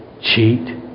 cheat